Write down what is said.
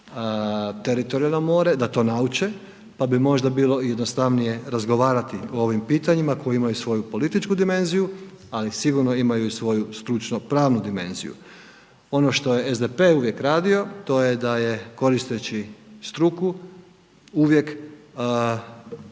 teritorijalno more da to nauče, pa bi možda bilo jednostavnije odgovarati o ovim pitanjima koji imaju svoju političku dimenziju, ali sigurno imaju i svoju stručno pravnu dimenziju. Ono što je SDP uvijek radio to je da je koristeći struku uvijek